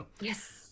Yes